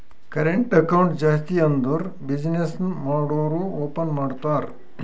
current account ಜಾಸ್ತಿ ಅಂದುರ್ business ಮಾಡೂರು ಓಪನ್ ಮಾಡ್ತಾರ